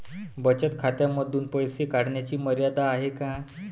बचत खात्यांमधून पैसे काढण्याची मर्यादा आहे का?